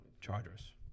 Chargers